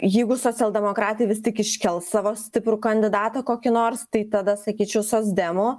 jeigu socialdemokratai vis tik iškels savo stiprų kandidatą kokį nors tai tada sakyčiau socdemo